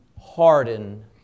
harden